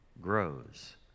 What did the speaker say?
grows